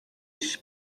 dış